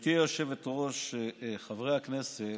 גברתי היושבת-ראש, חברי הכנסת,